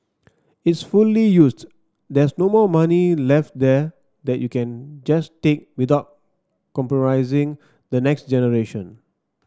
it's fully used there's no more money left there that you can just take without compromising the next generation